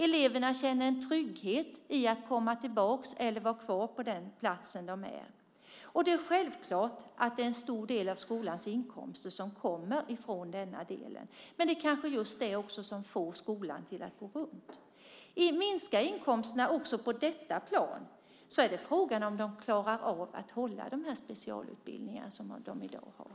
Eleverna känner en trygghet i att komma tillbaka till eller vara kvar på den plats de är. Det är självklart att en stor del av skolans inkomster kommer från denna del. Men det kanske är just det som får skolan att gå runt. Minskar inkomsterna också på detta plan är frågan om de klarar av att hålla i de specialutbildningar som de i dag har.